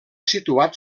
situat